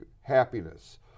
happiness